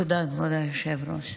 תודה, כבוד היושב-ראש.